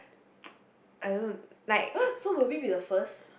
!huh! so will we be the first